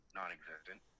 non-existent